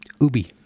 Ubi